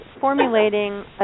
formulating